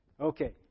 Okay